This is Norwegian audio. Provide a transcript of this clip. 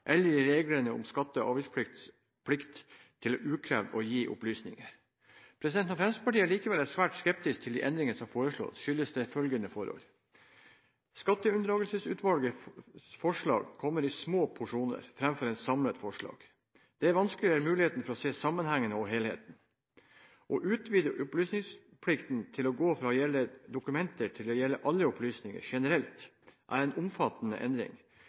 eller i reglene om skatte- og avgiftspliktiges plikt til ukrevd å gi opplysninger. Når Fremskrittspartiet likevel er svært skeptisk til de endringer som foreslås, skyldes det følgende forhold: Skatteunndragelsesutvalgets forslag kommer i små porsjoner, framfor som et samlet forslag. Det vanskeliggjør mulighetene for å se sammenhengene og helheten. Å utvide opplysningsplikten til å gå fra å gjelde dokumenter til å gjelde alle opplysninger generelt er en omfattende endring.